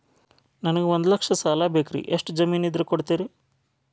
ನನಗೆ ಒಂದು ಲಕ್ಷ ಸಾಲ ಬೇಕ್ರಿ ಎಷ್ಟು ಜಮೇನ್ ಇದ್ರ ಕೊಡ್ತೇರಿ?